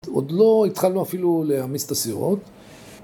‫עוד לא התחלנו אפילו להעמיס את הסירות.